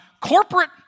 corporate